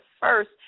first